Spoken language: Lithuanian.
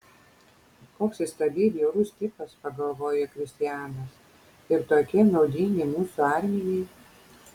koks įstabiai bjaurus tipas pagalvojo kristianas ir tokie naudingi mūsų armijai